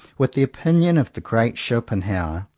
with the opinion of the great schopenhauer,